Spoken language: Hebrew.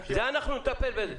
אנחנו נטפל בזה.